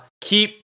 keep